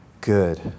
good